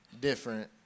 different